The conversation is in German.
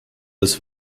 des